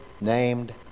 named